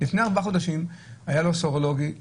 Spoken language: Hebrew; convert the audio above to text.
לפני ארבעה חודשים היה לו סרולוגי שלילי.